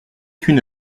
une